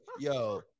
Yo